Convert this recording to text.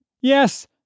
Yes